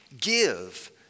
Give